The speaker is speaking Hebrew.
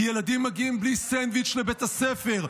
כי ילדים מגיעים בלי סנדוויץ' לבית הספר,